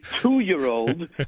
two-year-old